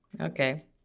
Okay